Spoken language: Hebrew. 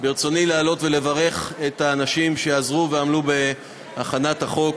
ברצוני לעלות ולברך את האנשים שעזרו ועמלו בהכנת החוק.